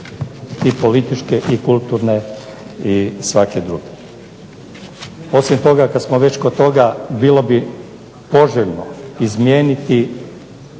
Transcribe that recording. i političke i kulturne i svake druge. Osim toga, kad smo već kod toga, bilo bi poželjno izmijeniti